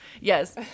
yes